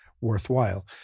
worthwhile